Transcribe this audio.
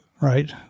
right